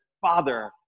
Father